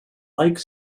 like